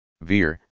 Veer